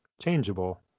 changeable